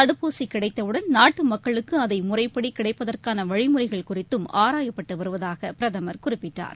தடுப்பூசி கிடைத்தவுடன் நாட்டு மக்களுக்கு அதை முறைப்படி கிடைப்பதற்கான வழிமுறைகள் குறித்தும் ஆராயப்பட்டு வருவதாக பிரதமர் குறிப்பிட்டார்